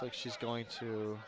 so she's going to